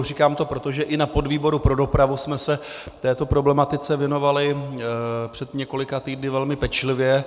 Říkám to pro to, že i na podvýboru pro dopravu jsme se této problematice věnovali před několika týdny velmi pečlivě.